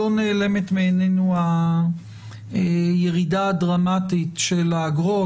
לא נעלמת מעינינו הירידה הדרמטית של האגרות,